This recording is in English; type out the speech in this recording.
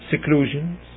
seclusions